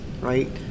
right